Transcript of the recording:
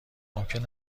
ممکن